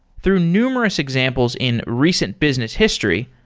through numerous examples in recent business history,